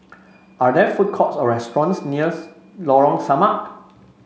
are there food courts or restaurants nears Lorong Samak